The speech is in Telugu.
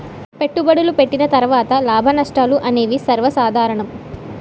పెట్టుబడులు పెట్టిన తర్వాత లాభనష్టాలు అనేవి సర్వసాధారణం